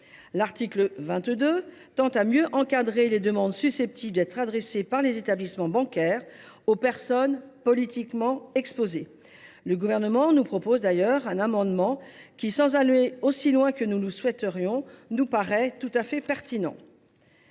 L’article 22 tend à mieux encadrer les demandes susceptibles d’être adressées par les établissements bancaires aux personnes politiquement exposées. Le Gouvernement a déposé un amendement qui, même s’il ne va pas aussi loin que nous le souhaiterions, paraît tout à fait pertinent.